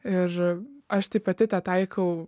ir aš pati tą taikau